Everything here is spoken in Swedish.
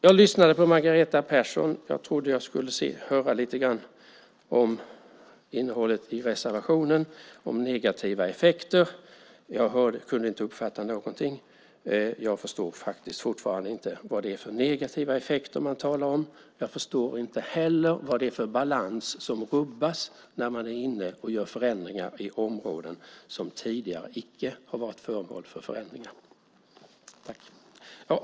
Jag lyssnade på Margareta Persson. Jag trodde att jag skulle höra lite om innehållet i reservationen om negativa effekter. Jag kunde inte uppfatta någonting. Jag förstår fortfarande inte vad det är för negativa effekter man talar om. Jag förstår inte heller vad det är för balans som rubbas när man är inne och gör förändringar på områden som tidigare icke har varit föremål för förändringar.